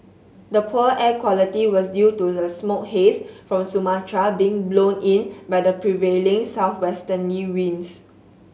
the poor air quality was due to the smoke haze from Sumatra being blown in by the prevailing southwesterly winds